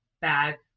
bag